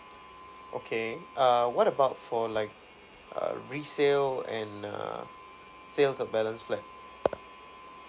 okay uh what about for like err resale and err sales of balance flat